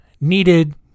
needed